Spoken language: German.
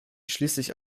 schließlich